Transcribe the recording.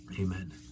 Amen